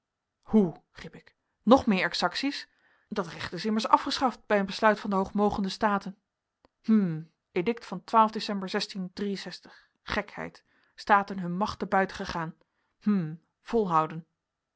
hoe riep ik nog meer exacties dat recht is immers afgeschaft bij een besluit van hh staten hm edict van gekheid staten hun macht te buiten gegaan hm volhouden